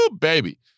baby